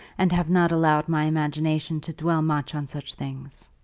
and have not allowed my imagination to dwell much on such things.